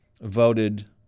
voted